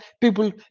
people